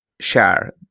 share